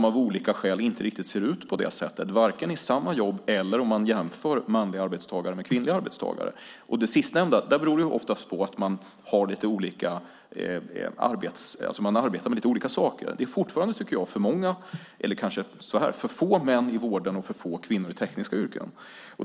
Men av olika skäl ser det inte riktigt ut på det sättet, varken i samma jobb eller när man jämför manliga arbetstagare med kvinnliga arbetstagare. Det sistnämnda beror oftast på att man arbetar med lite olika saker. Det är fortfarande, tycker jag, för få män i vården och för få kvinnor i tekniska yrken.